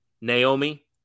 Naomi